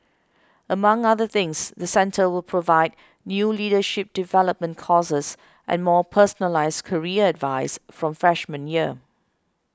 among other things the centre will provide new leadership development courses and more personalised career advice from freshman year